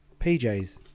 PJs